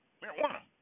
marijuana